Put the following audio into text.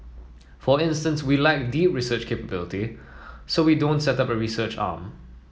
for instance we lack deep research capability so we don't set up a research arm